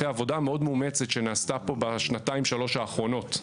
אחרי עבודה מאוד מאומצת שנעשתה פה בשנתיים-שלוש האחרונות.